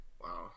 Wow